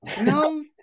no